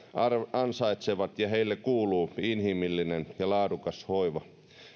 ansaitsevat ja heille kuuluu inhimillinen ja laadukas hoiva